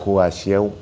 फवासेयाव